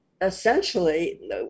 essentially